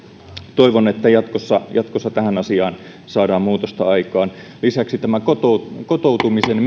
toivon että jatkossa jatkossa tähän asiaan saadaan muutosta aikaan lisäksi kotoutumisen